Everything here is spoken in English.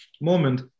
moment